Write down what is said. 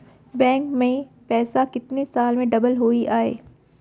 Bank में पइसा कितने साल में डबल होही आय?